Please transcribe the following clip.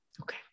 Okay